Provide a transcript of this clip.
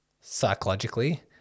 psychologically